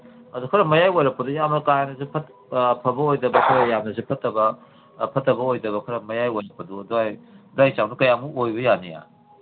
ꯑꯗꯨ ꯈꯔ ꯃꯌꯥꯏ ꯑꯣꯏꯔꯞꯄꯗ ꯌꯥꯝꯅ ꯀꯥ ꯍꯦꯟꯅꯁꯨ ꯑꯐꯕ ꯑꯣꯏꯗꯕ ꯌꯥꯝꯅꯁꯨ ꯐꯠꯇꯕ ꯐꯠꯇꯕ ꯑꯣꯏꯗꯕ ꯈꯔ ꯃꯌꯥꯏ ꯑꯣꯏꯔꯞꯄꯗꯨ ꯑꯗ꯭ꯋꯥꯏ ꯑꯗ꯭ꯋꯥꯏ ꯆꯥꯡꯗꯨ ꯀꯌꯥꯃꯨꯛ ꯑꯣꯏꯕ ꯌꯥꯅꯤ